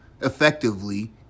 effectively